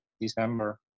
December